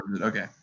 Okay